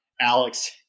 Alex